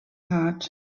heart